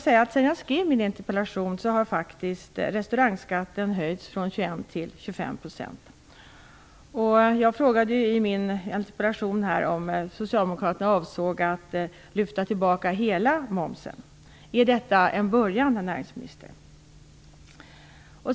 Sedan jag skrev min interpellation har faktiskt restaurangskatten höjts från 21 % till 25 %. Jag frågade ju i min interpellation om Socialdemokraterna avser att lyfta tillbaka hela momsen. Är detta en början, herr näringsminister?